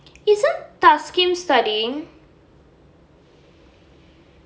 isn't thasneen studying